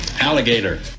Alligator